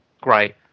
great